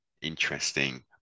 Interesting